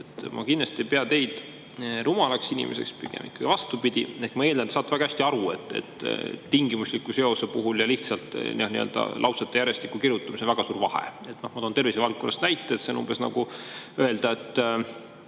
Ma kindlasti ei pea teid rumalaks inimeseks, pigem ikka vastupidi. Ehk ma eeldan, et te saate väga hästi aru, et tingimuslikul seosel ja lihtsalt nii-öelda lausete järjestikku kirjutamisel on väga suur vahe. Ma toon tervisevaldkonnast näite: see on umbes nagu, et